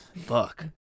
fuck